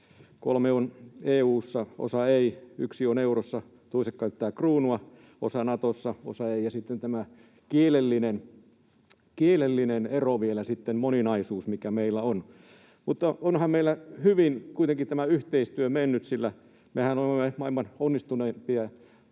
kolme on EU:ssa, osa ei, yksi on eurossa, toiset käyttävät kruunua, osa Natossa, osa ei, ja sitten tämä kielellinen ero vielä sitten, moninaisuus, mikä meillä on. Mutta onhan meillä hyvin kuitenkin tämä yhteistyö mennyt, sillä mehän olemme maailman onnistuneimpia